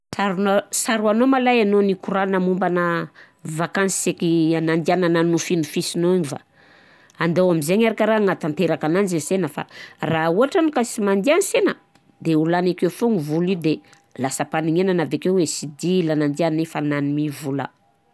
Taronao saroanao ma lahy anao nikorana mombana vakansy seky nandianana nofisifisinao igny va? Andao am'zaigny ary karaha agnatanteraka ananjy gny sena fa raha ôhatra any ka sy mande ansena de ho lany akeo foana i vola io de lasa-panignainana avekeo hoe sy dia la nandianana i fa lany mi vola.